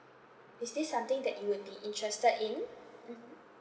is this something that you would be interested in mmhmm